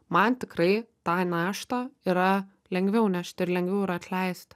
man tikrai tą naštą yra lengviau nešti ir lengviau yra atleisti